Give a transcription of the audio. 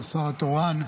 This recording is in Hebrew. השר התורן,